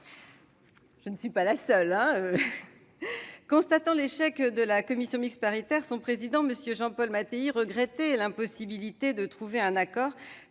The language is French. été surprise ... Constatant l'échec de la commission mixte paritaire, son président, M. Jean-Paul Mattei, a regretté l'impossibilité de trouver un accord,